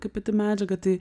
kaip pati medžiaga tai